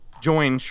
Join